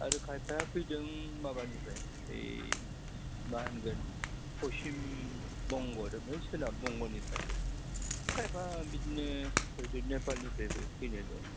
आरो खायफाया फैदों माबानिफ्राय ओइ मा होनगोन फस्सिम बंग' आरो ओमफ्राय सोनाब बंग'निफ्राय खायफा बिदिनो ओरै नेपालनिफ्रायबो फैनाय दं